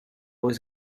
was